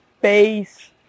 base